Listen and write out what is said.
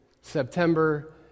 September